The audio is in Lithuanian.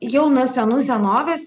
jau nuo senų senovės